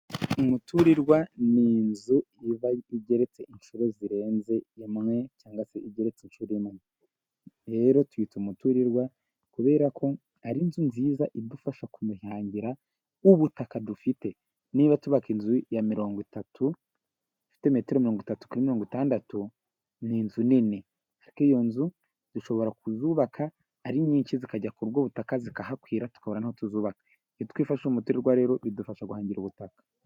Umuturirwa ni inzu iba gereretse inshuro zirenze imwe cyangwa seigeretse inshuro imwe, rero tuyita umuturirwa kubera ko ari inzu nziza idufasha kuhangira w'ubutaka dufite, niba tubaka inzu ya mirongo itatu ifite metero mirongo itatu kuri mirongo itandatu, ni inzu nini kuko iyo nzu zishobora kuzubaka ari nyinshi, zikajya ku bw' butaka zikahakwira tuko ntuzubaka iyotwifashe umutegorwa rero bidufasha guhangira ubutaka.